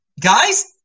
guys